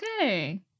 okay